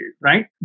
right